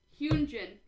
Hyunjin